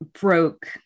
broke